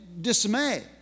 dismay